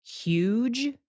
huge